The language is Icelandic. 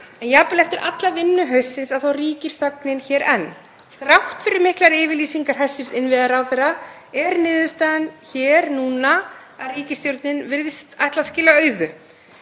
en jafnvel eftir alla vinnu haustsins þá ríkir þögnin hér enn. Þrátt fyrir miklar yfirlýsingar hæstv. innviðaráðherra er niðurstaðan núna að ríkisstjórnin virðist ætla að skila auðu.